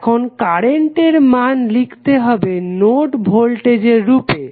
এখন কারেন্টের মান লিখতে হবে নোড ভোল্টেজের রূপে